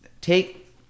take